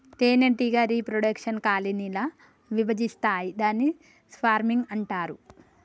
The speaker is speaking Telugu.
తేనెటీగ రీప్రొడెక్షన్ కాలనీ ల విభజిస్తాయి దాన్ని స్వర్మింగ్ అంటారు